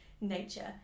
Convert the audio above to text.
nature